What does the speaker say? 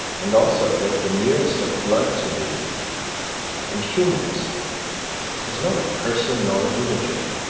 and also that the nearest of blood to me and humanest was not a person nor a villager,